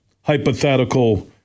hypothetical